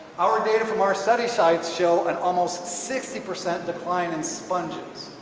our data from our study sites show an almost sixty percent decline in sponges.